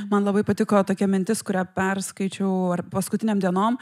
man labai patiko tokia mintis kurią perskaičiau ar paskutinėm dienom